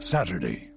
Saturday